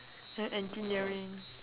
and engineering